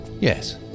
Yes